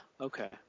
Okay